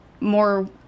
more